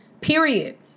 period